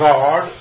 God